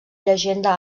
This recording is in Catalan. llegenda